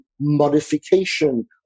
modification